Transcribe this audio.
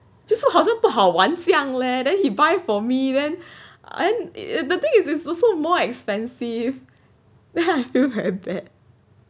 就是好像不好玩这样 leh then then the thing is it's also more expensive then I feel very bad